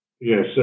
yes